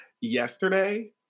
yesterday